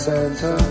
Santa